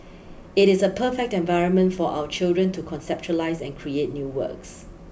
it is a perfect environment for our children to conceptualise and create new works